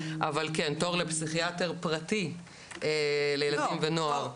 אבל כן תור לפסיכיאטר פרטי לילדים ונוער -- לא,